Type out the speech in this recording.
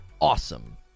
Awesome